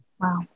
Wow